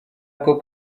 aka